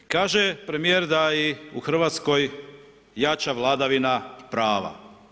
Kaže premijer da i u Hrvatskoj jača vladavina prava.